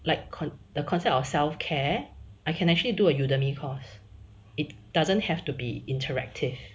like con the concept of self care I can actually do a Udemy course it doesn't have to be interactive